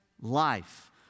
life